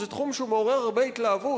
זה תחום שמעורר הרבה התלהבות,